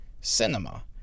Cinema